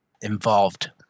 involved